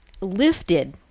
lifted